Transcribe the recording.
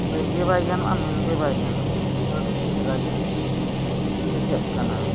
ᱞᱟᱹᱭ ᱜᱮ ᱵᱟᱭ ᱜᱟᱱᱚᱜᱼᱟ ᱢᱮᱱᱜᱮ ᱵᱟᱭ ᱜᱟᱱᱚᱜᱼᱟ ᱟᱹᱰᱤ ᱪᱮᱦᱨᱟ ᱜᱮ ᱵᱩᱡᱷᱟᱹᱜ ᱠᱟᱱᱟ